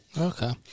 Okay